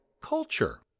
culture